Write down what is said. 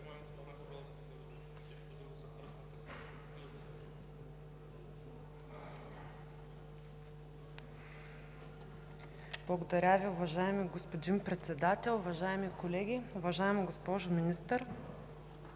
България): Уважаеми господин Председател, уважаеми колеги! Уважаема госпожо министър